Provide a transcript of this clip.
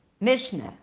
Mishnah